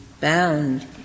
bound